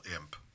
imp